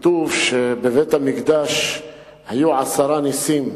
כתוב שבבית-המקדש היו עשרה נסים.